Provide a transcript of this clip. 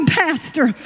pastor